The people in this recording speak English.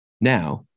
Now